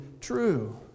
true